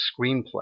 screenplay